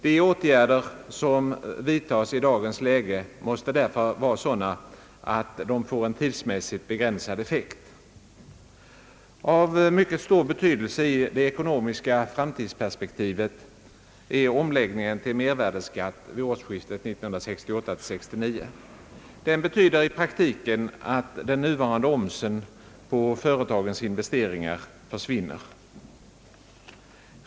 De åtgärder som vidtas i dagens läge måste därför vara sådana, att de får en tidsmässigt begränsad effekt. Av mycket stor betydelse i det ekonomiska framtidsperspektivet är omläggningen till mervärdeskatt vid årsskiftet 1968/69. Den betyder i praktiken att den nuvarande omsen på företagens investeringar försvinner.